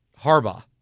Harbaugh